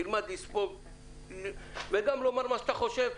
תלמד לספוג וגם לומר מה שאתה חושב.